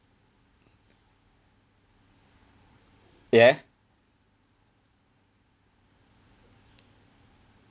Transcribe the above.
ya